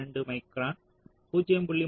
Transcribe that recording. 32 மைக்ரானாக 0